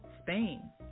Spain